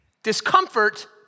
Discomfort